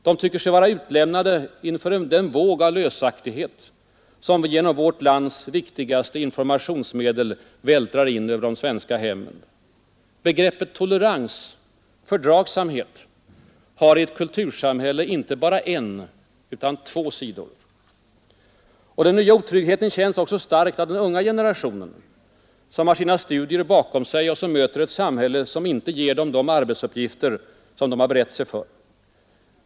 De tycker sig vara utlämnade inför den våg av lösaktighet, som genom vårt lands viktigaste informationsmedel vältrar in över de svenska hemmen. Begreppet tolerans — fördragsamhet — har i ett kultursamhälle inte bara en utan två sidor. Den nya otryggheten känns också starkt av den unga generation, som har sina studier bakom sig och som möter ett samhälle, som inte ger dem de arbetsuppgifter för vilka de berett sig.